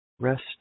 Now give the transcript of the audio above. rest